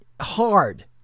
hard